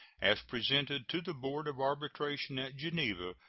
as presented to the board of arbitration at geneva,